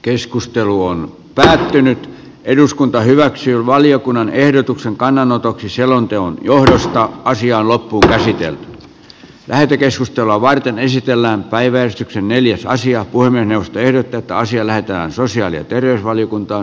keskustelu on pysähtynyt eduskunta hyväksyy valiokunnan ehdotuksen kannanotoksi selonteon johdosta asian lopulta ikään lähetekeskustelua varten esitellään päiväystyksen neliosaisia puhemiesneuvosto ehdottaa että asia lähetetään sosiaali ja terveysvaliokuntaan